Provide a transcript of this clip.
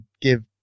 give